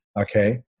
Okay